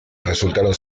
resultaron